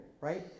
right